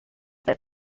that